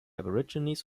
aborigines